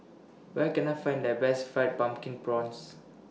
Where Can I Find The Best Fried Pumpkin Prawns